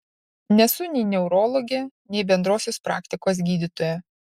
nesu nei neurologė nei bendrosios praktikos gydytoja